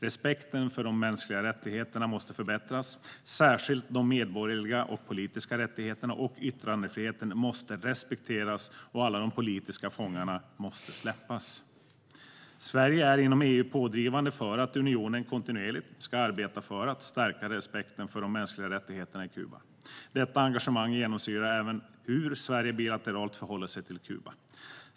Respekten för de mänskliga rättigheterna måste förbättras. Särskilt de medborgerliga och politiska rättigheterna och yttrandefriheten måste respekteras, och alla politiska fångar måste släppas. Sverige är inom EU pådrivande för att unionen kontinuerligt ska arbeta för att stärka respekten för de mänskliga rättigheterna i Kuba. Detta engagemang genomsyrar även hur Sverige bilateralt förhåller sig till Kuba.